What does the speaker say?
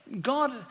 God